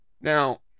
Now